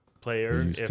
player